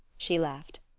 she laughed.